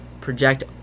project